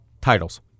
Titles